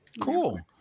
cool